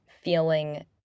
feeling